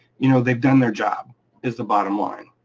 you know, they've done their job is the bottom line.